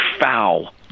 foul